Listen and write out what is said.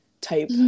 type